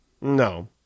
No